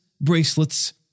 bracelets